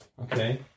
Okay